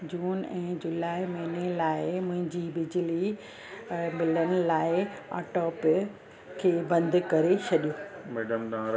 जून ऐं जुलाई महीने लाइ मुंहिंजी बिजली बिलनि लाइ ऑटो पे खे बंदि करे छॾियो मैडम ना